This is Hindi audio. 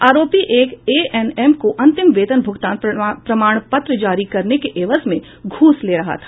आरोपी एक एएनएम को अंतिम वेतन भूगतान प्रमाण पत्र जारी करने के एवज में घूस ले रहा था